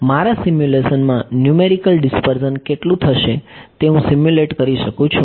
મારા સિમ્યુલેશનમાં numerical dispersion કેટલો થશે તે હું સિમ્યુલેટ કરી શકું છું